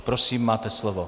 Prosím, máte slovo.